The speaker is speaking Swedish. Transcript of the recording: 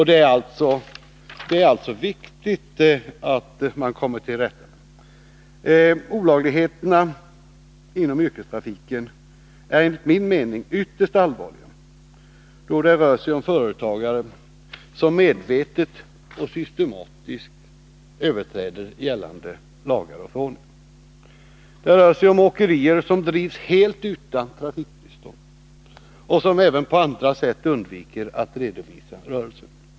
Det är alltså viktigt att man kommer till rätta med dessa förhållanden. Olagligheterna inom yrkestrafiken är enligt min mening ytterst allvarliga, då det rör sig om företagare som medvetet och systematiskt överträder gällande lagar och förordningar. Det rör sig om åkerier som drivs helt utan trafiktillstånd och som även på andra sätt undviker att redovisa för rörelsen.